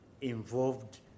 involved